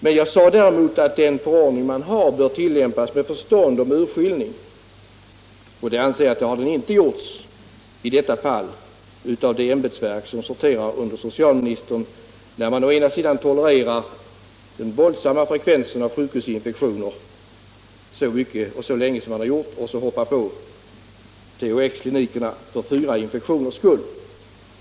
Däremot sade jag att den förordning man har bör tillämpas med förstånd och urskillning. Jag anser att så inte har skett i detta fall inom det departement som sorterar under socialministern, när man å ena sidan tolererar den våldsamma frekvensen av sjukhusinfektioner så länge som man har gjort och hoppar på THX klinikerna för fyra infektioners skull.